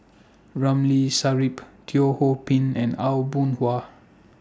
Ramli Sarip Teo Ho Pin and Aw Boon Haw